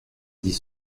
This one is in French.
dit